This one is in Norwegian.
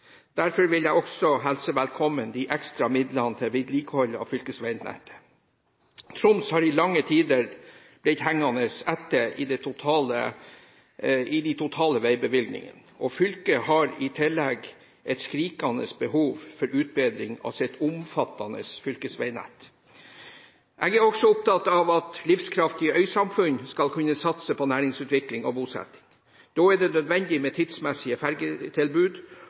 Derfor vil jeg også hilse velkommen de ekstra midlene til vedlikehold av fylkesveinettet. Troms har i lange tider blitt hengende etter i de totale veibevilgningene, og fylket har i tillegg et skrikende behov for utbedring av sitt omfattende fylkesveinett. Jeg er også opptatt av at livskraftige øysamfunn skal kunne satse på næringsutvikling og bosetting. Da er det nødvendig med tidsmessige fergetilbud